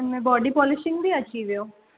हुनमें body polishing बि अची वियो